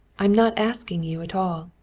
i am not asking you at all.